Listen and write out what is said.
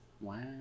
Wow